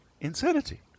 Insanity